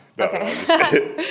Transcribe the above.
Okay